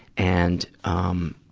and, um,